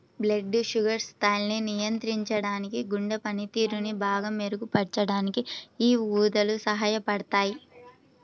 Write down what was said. blood sugar స్థాయిల్ని నియంత్రించడానికి, గుండె పనితీరుని బాగా మెరుగుపరచడానికి యీ ఊదలు సహాయపడతయ్యి